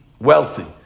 wealthy